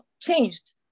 changed